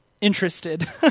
interested